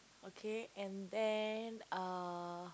okay and then uh